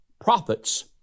prophets